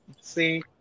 see